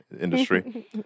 industry